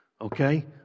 Okay